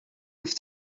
with